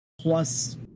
plus